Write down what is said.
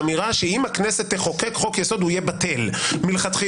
אמירה שאם הכנסת תחוקק חוק יסוד הוא יהיה בטל מלכתחילה.